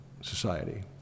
society